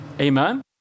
Amen